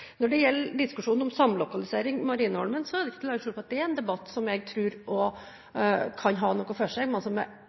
Når det gjelder diskusjonen om samlokalisering på Marineholmen, er det ikke til å legge skjul på at dette er en debatt som jeg tror kan ha noe for seg, men som